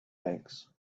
banks